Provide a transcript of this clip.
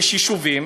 יש יישובים